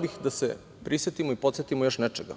bih da se prisetimo i podsetimo još nečega.